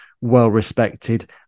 well-respected